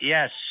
Yes